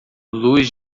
luz